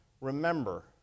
remember